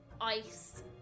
ice